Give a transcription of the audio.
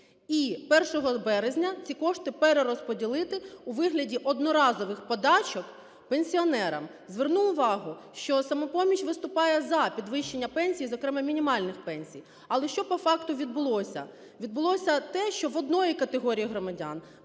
і 1 березня ці кошти перерозподілити у вигляді одноразових подачок пенсіонерам. Зверну увагу, що "Самопоміч" виступає за підвищення пенсій, зокрема, мінімальних пенсій. Але що по факту відбулося? Відбулося те, що в однієї категорії громадян